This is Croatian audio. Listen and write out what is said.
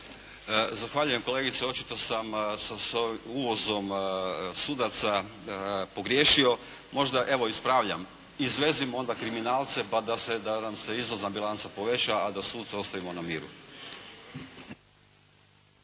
Zahvaljujem kolegice. Očito sam sa ovim uvozom sudaca pogriješio. Možda, evo ispravljam, izvezimo onda kriminalce da nam se izvozna bilanca poveća a da suce ostavimo na miru.